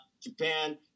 Japan